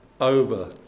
over